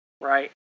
Right